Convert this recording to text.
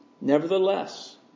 Nevertheless